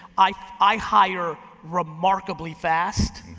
i i hire remarkably fast,